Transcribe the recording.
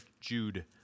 Jude